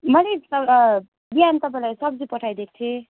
मैले नि तपाईँलाई बिहान तपाईँलाई सब्जी पठाइदिएको थिएँ